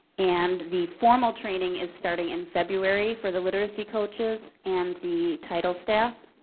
and the formal training is starting in february for the literacy coaches and the title staff